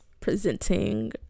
presenting